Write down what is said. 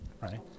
right